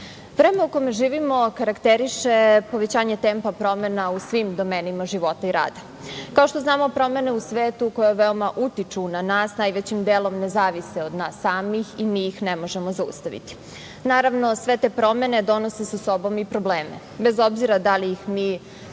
u kome živimo karakteriše povećanje tempa promena u svim domenima života i rada. Kao što znamo promene u svetu koje veoma utiču na nas najvećim delom ne zavise od nas samih i mi ih ne možemo zaustaviti. Naravno, sve te promene donose sa sobom i probleme, bez obzira da li ih mi